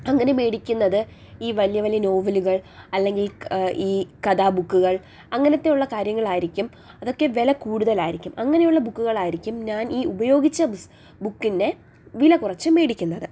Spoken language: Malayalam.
അങ്ങനെ മേടിക്കുന്നത് ഈ വലിയ വലിയ നോവലുകൾ അല്ലെങ്കിൽ ഈ കഥ ബുക്കുകൾ അങ്ങനെത്തെയുള്ള കാര്യങ്ങളായിരിക്കും അതൊക്കെ വില കൂടുതലായിരിക്കും അങ്ങനെയുള്ള ബുക്കുകളായിരിക്കും ഞാൻ ഈ ഉപയോഗിച്ച പുസ് ബുക്കിൻ്റെ വില കുറച്ച് മേടിക്കുന്നത്